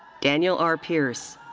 daniel r. pierce.